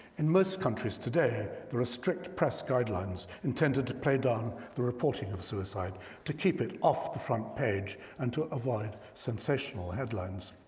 in most countries today, there are strict press guidelines intended to play down the reporting of suicide to keep it off the front page and to avoid sensational headlines.